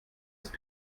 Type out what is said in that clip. ist